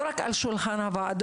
לא רק על השולחן הוועדה,